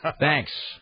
Thanks